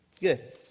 Good